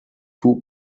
two